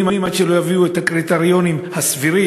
עד שלא יביאו את הקריטריונים הסבירים,